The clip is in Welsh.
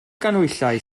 ganhwyllau